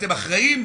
אתם אחראים?